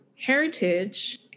heritage